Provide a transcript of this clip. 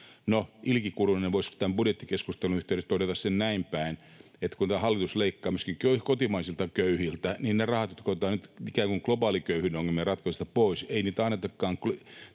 ilkikurinen voisi tämän budjettikeskustelun yhteydessä todeta sen näinpäin, että kun tämä hallitus leikkaa myöskin kotimaisilta köyhiltä, niin niitä rahoja, jotka otetaan nyt globaalin köyhyyden ongelmien ratkaisemisesta pois, ei annetakaan